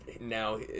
Now